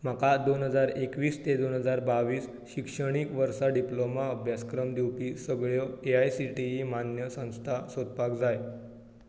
म्हाका दोन हजार एकवीस ते दोन हजार बावीस शिक्षणीक वर्सा डिप्लोमा अभ्यासक्रम दिवपी सगळ्यो A I C T E मान्य संस्था सोदपाक जाय